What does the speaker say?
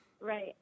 Right